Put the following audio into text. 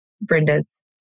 Brenda's